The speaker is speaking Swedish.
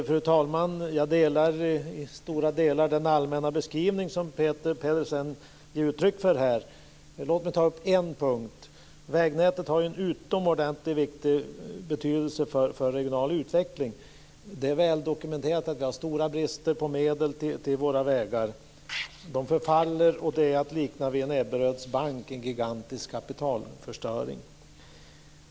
Fru talman! Jag delar i stora delar den allmänna beskrivning som Peter Pedersen ger uttryck för här. Låt mig ta upp en punkt. Vägnätet har en utomordentligt viktig betydelse för regional utveckling. Det är väl dokumenterat att det är stora brister på medel till våra vägar. Vägarna förfaller. Den gigantiska kapitalförstöringen är att likna vid Ebberöds bank.